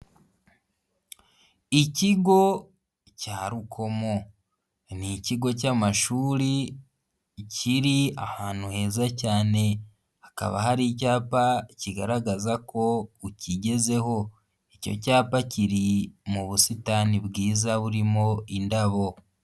Ikigo cya Rukomo. Ni ikigo cy'amashuri kiri ahantu heza cyane. Hakaba hari icyapa kigaragaza ko ukigezeho. Icyo cyapa kiri mu busitani bwiza burimo indabo.